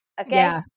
Okay